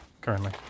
currently